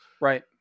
Right